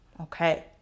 okay